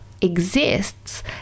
exists